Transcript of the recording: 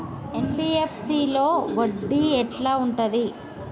NBFC లో వడ్డీ ఎట్లా ఉంటది?